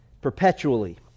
perpetually